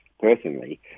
personally